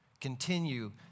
Continue